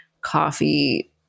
coffee